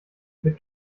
mit